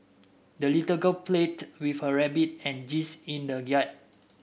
the little girl played with her rabbit and geese in the yard